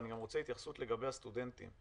ואני רוצה התייחסות לגבי הסטודנטים,